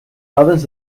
dades